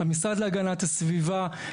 המשרד להגנת הסביבה,